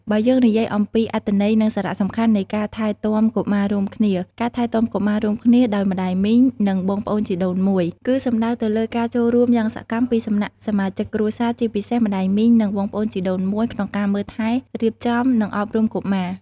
បើយើងនិយាយអំពី អត្ថន័យ និងសារៈសំខាន់នៃការថែទាំកុមាររួមគ្នា ការថែទាំកុមាររួមគ្នាដោយម្ដាយមីង និងបងប្អូនជីដូនមួយ គឺសំដៅទៅលើការចូលរួមយ៉ាងសកម្មពីសំណាក់សមាជិកគ្រួសារ ជាពិសេស ម្ដាយមីង និង បងប្អូនជីដូនមួយ ក្នុងការមើលថែ រៀបចំ និងអប់រំកុមារ។